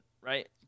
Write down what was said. right